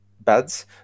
beds